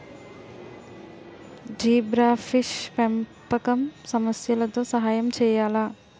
Zebrafish పెంపకం సమస్యలతో సహాయం చేయాలా?